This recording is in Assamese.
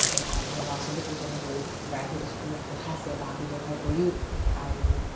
তাৰপিছত ল'ৰা ছোৱালীকো তেনেকৈ প্ৰাইভেট স্কুলত পঢ়াইছে বাঁহ ব্যৱসায় কৰিও আৰু